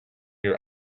your